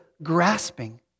grasping